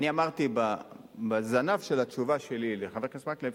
אני אמרתי בזנב של התשובה שלי לחבר הכנסת מקלב,